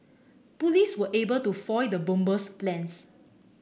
police were able to foil the bomber's plans